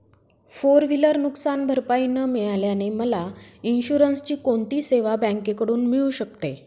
Four wheeler नुकसानभरपाई न मिळाल्याने मला इन्शुरन्सची कोणती सेवा बँकेकडून मिळू शकते?